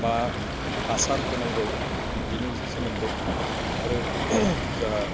मा हासार होनांगौ बिनि सोमोन्दै आरो जा